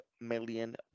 million